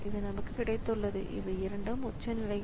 இது நமக்கு கிடைத்துள்ளது இவை இரண்டு உச்சநிலைகள்